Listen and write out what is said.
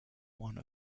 one